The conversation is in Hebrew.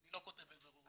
אני לא כותב "בבירור".